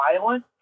violent